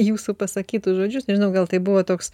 jūsų pasakytus žodžius gal tai buvo toks